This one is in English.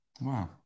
Wow